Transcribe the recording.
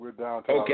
okay